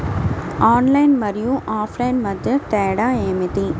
Online మరియు offline మధ్య తేడా ఏమిటీ?